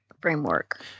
framework